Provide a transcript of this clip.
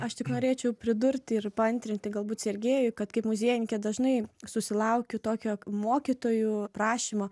aš tik norėčiau pridurti ir paantrinti galbūt sergejui kad kaip muziejininkė dažnai susilaukiu tokio mokytojų prašymo